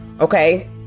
Okay